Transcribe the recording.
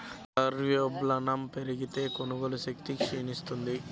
ద్రవ్యోల్బణం పెరిగితే, కొనుగోలు శక్తి క్షీణిస్తుంది